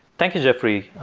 thank you, jeffrey.